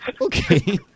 Okay